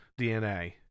DNA